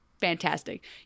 Fantastic